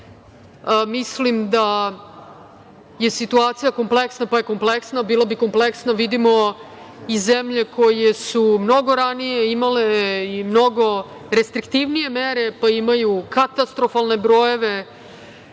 Mislim da je situacija kompleksna, pa je kompleksna, bilo bi kompleksno vidimo i zemlje koje su mnogo ranije imale i mnogo restriktivnije mere, pa imaju katastrofalne brojeve